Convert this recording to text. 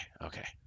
okay